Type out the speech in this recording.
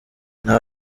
nta